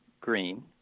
green